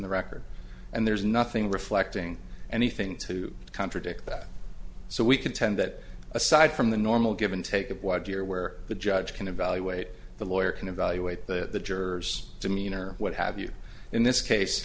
the record and there's nothing reflecting anything to contradict that so we contend that aside from the normal give and take of what your where the judge can evaluate the lawyer can evaluate the jurors demeanor what have you in this case